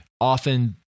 often